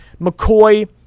McCoy